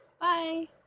Bye